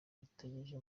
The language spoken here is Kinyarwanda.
ikataje